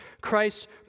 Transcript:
Christ